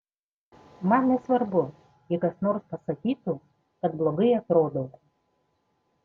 man nesvarbu jei kas nors pasakytų kad blogai atrodau